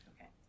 Okay